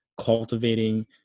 cultivating